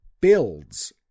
builds